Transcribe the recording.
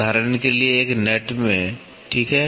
उदाहरण के लिए एक नट में ठीक है